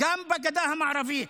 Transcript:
גם ההשתוללות בגדה המערבית,